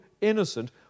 innocent